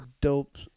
dope